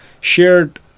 shared